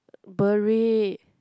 beret